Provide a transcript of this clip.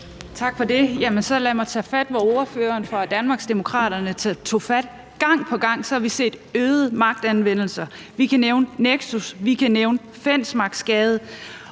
Tak for det. Så lad mig tage fat der, hvor ordføreren fra Danmarksdemokraterne tog fat. Gang på gang har vi set øget magtanvendelse. Vi kan nævne Nexus. Vi kan nævne Fensmarksgade.